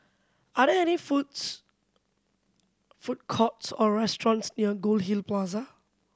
are there any foods food courts or restaurants near Goldhill Plaza